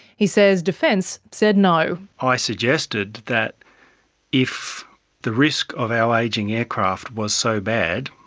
he says defence said no. i suggested that if the risk of our ageing aircraft was so bad,